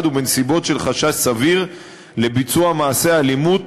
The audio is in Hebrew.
ובנסיבות של חשד סביר לביצוע מעשה אלימות